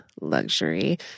Luxury